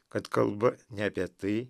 kad kalba ne apie tai